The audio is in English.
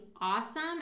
awesome